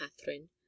Catherine